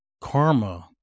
karma